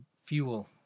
fuel